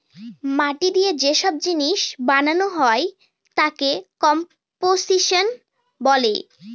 মাটি দিয়ে যে সব জিনিস বানানো তাকে কম্পোসিশন বলে